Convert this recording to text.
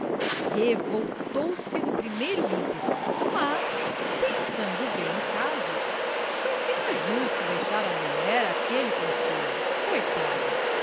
professora revoltou-se no primeiro ímpeto mas pensando bem no caso achou que era justo deixar à mulher aquele consolo coitada